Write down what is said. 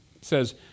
says